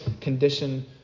condition